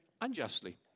unjustly